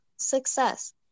Success